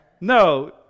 No